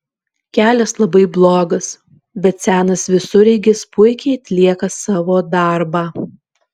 kelias labai blogas bet senas visureigis puikiai atlieka savo darbą